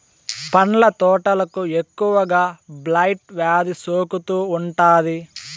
పండ్ల తోటలకు ఎక్కువగా బ్లైట్ వ్యాధి సోకుతూ ఉంటాది